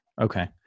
Okay